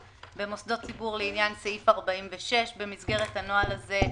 במוסדות ציבור לעניין סעיף 46. במסגרת הנוהל הזה,